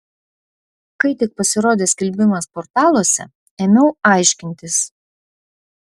kai tik pasirodė skelbimas portaluose ėmiau aiškintis